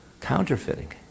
counterfeiting